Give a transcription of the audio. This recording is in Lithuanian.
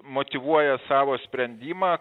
motyvuoja savo sprendimą